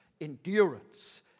endurance